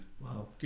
Wow